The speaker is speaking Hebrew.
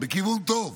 בכיוון טוב.